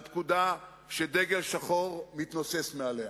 על פקודה שדגל שחור מתנוסס מעליה.